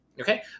okay